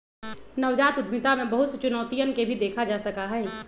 नवजात उद्यमिता में बहुत सी चुनौतियन के भी देखा जा सका हई